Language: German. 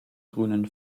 grünen